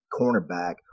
cornerback